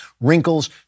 wrinkles